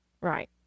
Right